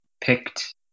picked